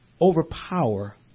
overpower